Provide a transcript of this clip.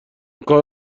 کار